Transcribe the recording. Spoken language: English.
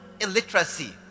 illiteracy